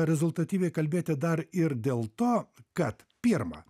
rezultatyviai kalbėti dar ir dėl to kad pirma